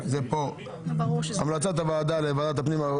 הצעת חוק הרשויות המקומיות,